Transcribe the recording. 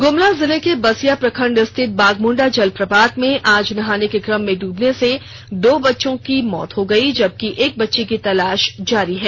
ग्मला जिले के बसिया प्रखंड स्थित बाघमुंडा जलप्रपात में आज नहाने के कम में डूबने से दो बच्चों की मौत हो गयी जबकि एक बच्चे की तलाश जारी है